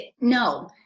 No